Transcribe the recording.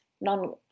non